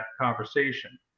conversation